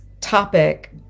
topic